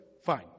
fine